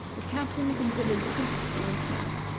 the captain considered this an excellent plan,